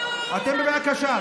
אתם בבעיה קשה.